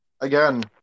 Again